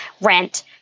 rent